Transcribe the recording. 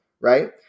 right